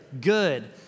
good